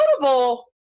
notable